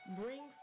bring